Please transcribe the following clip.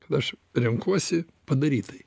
kada aš renkuosi padaryt tai